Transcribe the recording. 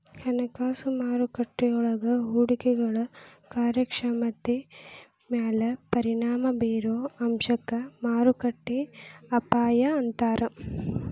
ಹಣಕಾಸು ಮಾರುಕಟ್ಟೆಯೊಳಗ ಹೂಡಿಕೆಗಳ ಕಾರ್ಯಕ್ಷಮತೆ ಮ್ಯಾಲೆ ಪರಿಣಾಮ ಬಿರೊ ಅಂಶಕ್ಕ ಮಾರುಕಟ್ಟೆ ಅಪಾಯ ಅಂತಾರ